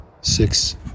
six